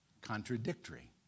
contradictory